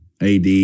AD